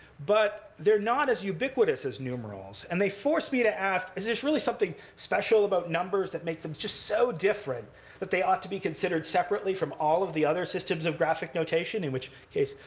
but they're not as ubiquitous as numerals. and they force me to ask, is there just really something special about numbers that make them just so different that they ought to be considered separately from all of the other systems of graphic notation? in which case,